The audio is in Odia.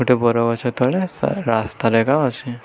ଗୋଟେ ବରଗଛ ତଳେ ରାସ୍ତାରେ ଏକା ଅଛି